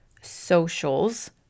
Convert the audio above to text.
socials